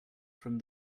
from